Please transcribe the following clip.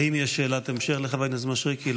האם יש שאלת המשך לחבר הכנסת מישרקי?